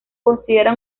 considera